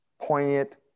poignant